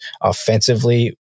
offensively